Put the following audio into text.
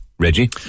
Reggie